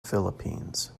philippines